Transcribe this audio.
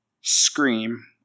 Scream